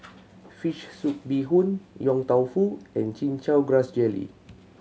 fish soup bee hoon Yong Tau Foo and Chin Chow Grass Jelly